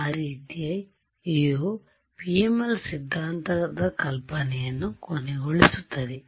ಆ ರೀತಿಯು PML ಸಿದ್ಧಾಂತದ ಕಲ್ಪನೆಯನ್ನು ಕೊನೆಗೊಳಿಸುತ್ತದೆ